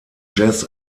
jazz